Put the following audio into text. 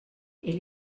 ele